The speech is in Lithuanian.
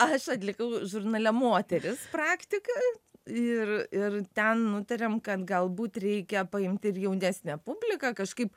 aš atlikau žurnale moteris praktiką ir ir ten nutarėm kad galbūt reikia paimti ir jaunesnę publiką kažkaip